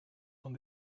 van